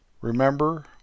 Remember